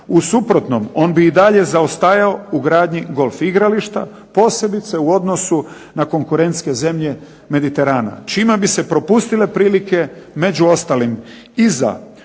U suprotnom, on bi i dalje zaostajao u gradnji golf igrališta, posebice u odnosu na konkurentske zemlje Mediterana čime bi se propustile prilike među ostalim i za